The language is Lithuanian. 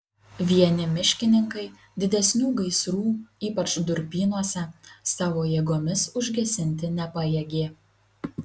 vieni miškininkai didesnių gaisrų ypač durpynuose savo jėgomis užgesinti nepajėgė